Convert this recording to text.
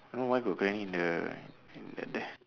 don't know why got granny in the in the there